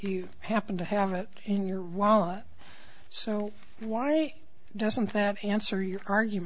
you happen to have it in your wallet so why doesn't that answer your argu